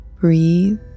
breathe